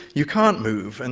you can't move. and